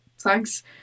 thanks